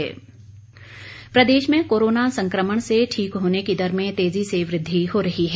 Himachal corona Pradesh में corona संकमण से ठीक होने की दर में तेज़ी से वृद्धि हो रही है